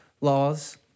laws